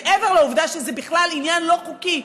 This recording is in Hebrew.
מעבר לעובדה שזה בכלל עניין לא חוקי.